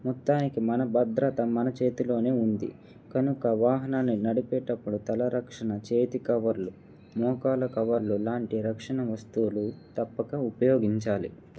మొత్తానికి మన భద్రత మన చేతిలోనే ఉంది కనుక వాహనాన్ని నడిపేటప్పుడు తలరక్షణ చేతి కవర్లు మోకాాల కవర్లు లాంటి రక్షణ వస్తువులు తప్పక ఉపయోగించాలి